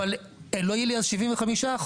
לא יהיה לי ה-75%,